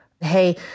hey